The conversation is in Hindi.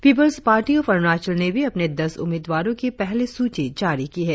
पीपुल्स पार्टी ऑफ अरुणाचल ने भी अपने दस उम्मीदवारों की पहली सूची जारी की है